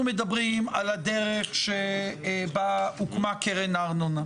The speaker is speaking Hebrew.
אנחנו מדברים על הדרך שבה הוקמה קרן הארנונה,